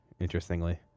interestingly